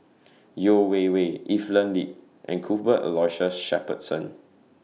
Yeo Wei Wei Evelyn Lip and Cuthbert Aloysius Shepherdson